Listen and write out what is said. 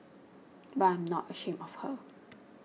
but I'm not ashamed of her